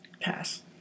Pass